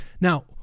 now